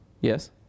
Yes